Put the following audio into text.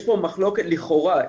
יש פה מחלוקת לכאורה,